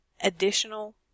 additional